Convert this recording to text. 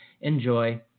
Enjoy